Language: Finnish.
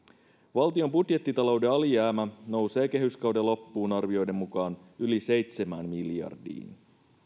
valtion budjettitalouden alijäämä nousee kehyskauden loppuun mennessä arvioiden mukaan yli seitsemään miljardiin